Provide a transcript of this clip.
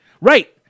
Right